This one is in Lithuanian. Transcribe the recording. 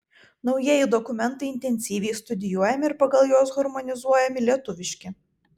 naujieji dokumentai intensyviai studijuojami ir pagal juos harmonizuojami lietuviški